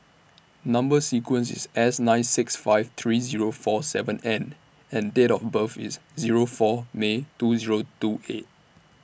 Number sequence IS S nine six five three Zero four seven N and Date of birth IS Zero four May two Zero two eight